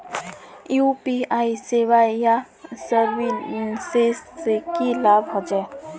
UPI सेवाएँ या services से की लाभ होचे?